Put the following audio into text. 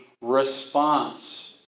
response